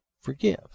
forgive